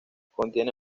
contiene